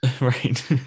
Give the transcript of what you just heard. Right